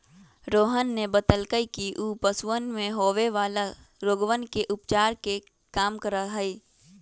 रोहन ने बतल कई कि ऊ पशुवन में होवे वाला रोगवन के उपचार के काम करा हई